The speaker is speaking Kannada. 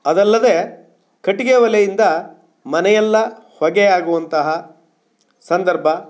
ಅದಲ್ಲದೇ ಕಟ್ಟಿಗೆ ಒಲೆಯಿಂದ ಮನೆಯೆಲ್ಲ ಹೊಗೆ ಆಗುವಂತಹ ಸಂದರ್ಭ